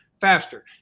faster